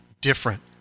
different